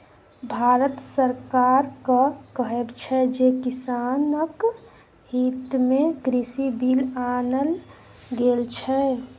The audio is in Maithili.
भारत सरकारक कहब छै जे किसानक हितमे कृषि बिल आनल गेल छै